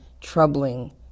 troubling